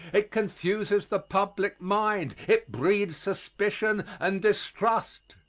it confuses the public mind. it breeds suspicion and distrust.